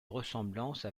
ressemblance